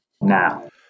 Now